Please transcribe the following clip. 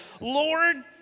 Lord